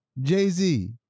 Jay-Z